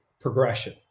progression